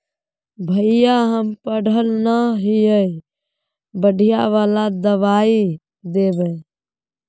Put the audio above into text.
भैया हम पढ़ल न है बढ़िया वाला दबाइ देबे?